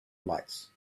lights